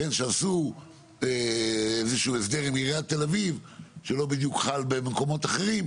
שעשו איזה שהוא הסדר עם עיריית תל אביב שלא בדיוק חל במקומות אחרים,